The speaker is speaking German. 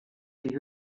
die